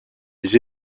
les